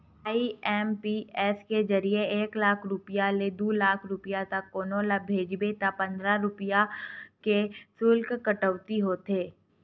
IMPS के जरिए एक लाख रूपिया ले दू लाख रूपिया तक कोनो ल भेजबे त पंद्रह रूपिया के सुल्क कटउती होथे